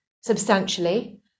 substantially